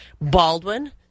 Baldwin